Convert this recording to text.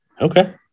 okay